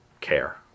care